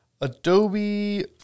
Adobe